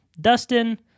Dustin